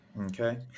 Okay